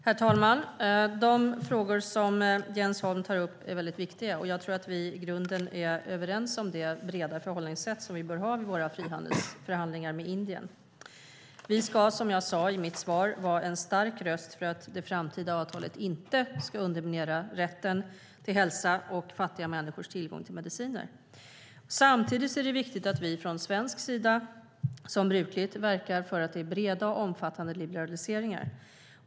Herr talman! De frågor som Jens Holm tar upp är väldigt viktiga, och jag tror att vi i grunden är överens om det breda förhållningssätt som vi bör ha vid våra frihandelsförhandlingar med Indien. Vi ska, som jag sade i mitt svar, vara en stark röst för att det framtida avtalet inte ska underminera rätten till hälsa och fattiga människors tillgång till mediciner. Samtidigt är det viktigt att vi från svensk sida, som brukligt, verkar för breda och omfattande liberaliseringar.